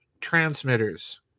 transmitters